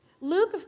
Luke